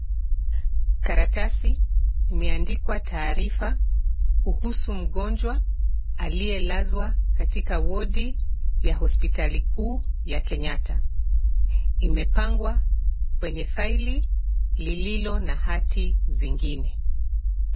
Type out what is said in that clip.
Karatasi imeandikwa taarifa kuhusu mgonjwa aliyelazwa katika wadi ya hospitali kuu ya Kenyatta. imepangwa kwenye faili lililo na hati zingine.